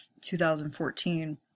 2014